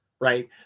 Right